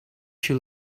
you